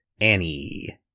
Annie